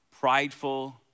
prideful